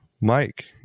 mike